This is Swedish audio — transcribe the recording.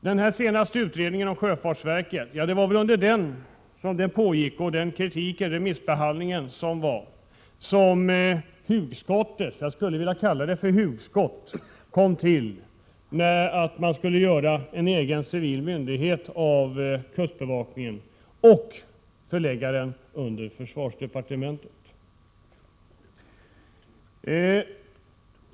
Det var väl under remissbehandlingen och kritiken av den senaste utredningen om sjöfartsverket som hugskottet — jag skulle vilja kalla det så — kom till, att göra en egen civil myndighet av kustbevakningen och dessutom förlägga den under försvarsdepartementet.